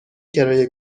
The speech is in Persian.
کرایه